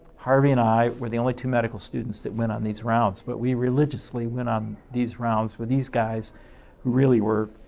harvey and i were the only two medical students that went on these rounds, but we religiously went on these rounds with these guys who really were,